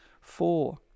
four